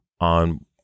on